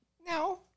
No